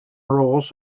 rules